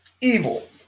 evil